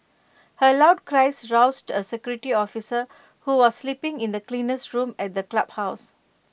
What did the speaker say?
her loud cries roused A security officer who was sleeping in the cleaner's room at the clubhouse